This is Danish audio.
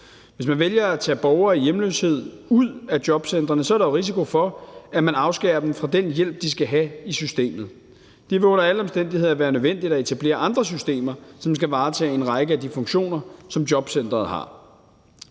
Hvis man vælger at tage borgere i hjemløshed ud af jobcentret, er der risiko for, at man afskærer dem fra den hjælp, de skal have i systemet. Det vil under alle omstændigheder være nødvendigt at etablere andre systemer, som kan varetage en række af de funktioner, som jobcentret har.